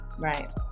Right